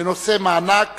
בנושא מענק